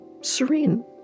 serene